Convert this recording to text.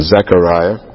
Zechariah